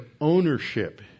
ownership